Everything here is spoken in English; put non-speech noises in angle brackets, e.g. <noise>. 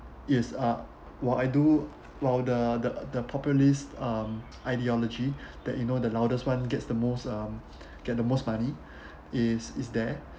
is uh while I do while the the populist um ideology that you know the loudest one gets the most um get the most money <breath> is is that